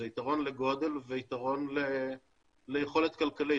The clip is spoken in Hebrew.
זה יתרון לגודל ויתרון ליכולת כלכלית.